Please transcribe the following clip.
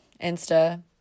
Insta